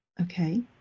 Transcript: Okay